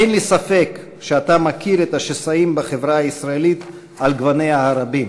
אין לי ספק שאתה מכיר את השסעים בחברה הישראלית על גווניה הרבים,